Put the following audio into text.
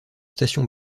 station